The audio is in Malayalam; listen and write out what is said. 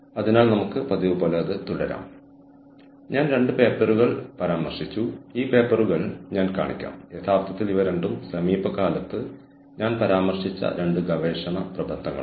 ഒരു ഓർഗനൈസേഷനെ അതിന്റെ ലക്ഷ്യങ്ങൾ കൈവരിക്കുന്നതിന് പ്രാപ്തമാക്കാൻ ഉദ്ദേശിച്ചുള്ള ആസൂത്രിത മനുഷ്യവിഭവ വിന്യാസങ്ങളുടെയും പ്രവർത്തനങ്ങളുടെയും മാതൃക